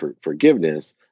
forgiveness